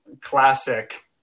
Classic